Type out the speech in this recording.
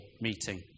meeting